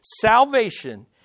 Salvation